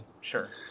sure